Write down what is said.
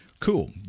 Cool